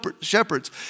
shepherds